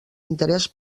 interès